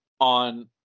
on